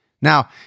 Now